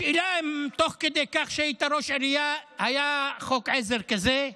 השאלה אם תוך כדי שהיית ראש עירייה היה חוק עזר כזה?